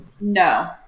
No